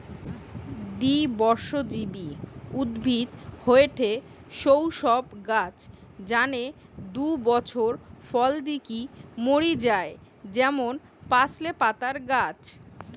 দ্বিবর্ষজীবী উদ্ভিদ হয়ঠে সৌ সব গাছ যানে দুই বছর ফল দিকি মরি যায় যেমন পার্সলে পাতার গাছ